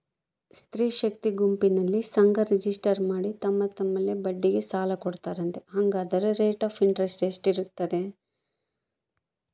ಸ್ತ್ರೇ ಶಕ್ತಿ ಗುಂಪಿನಲ್ಲಿ ಸಂಘ ರಿಜಿಸ್ಟರ್ ಮಾಡಿ ತಮ್ಮ ತಮ್ಮಲ್ಲೇ ಬಡ್ಡಿಗೆ ಸಾಲ ಕೊಡ್ತಾರಂತೆ, ಹಂಗಾದರೆ ರೇಟ್ ಆಫ್ ಇಂಟರೆಸ್ಟ್ ಎಷ್ಟಿರ್ತದ?